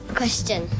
question